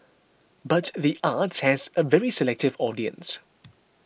but the arts has a very selective audience